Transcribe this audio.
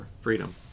freedom